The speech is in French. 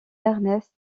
ernest